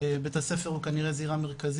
בית הספר הוא כנראה, זירה מרכזית.